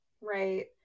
Right